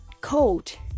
coat